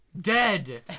Dead